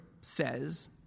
says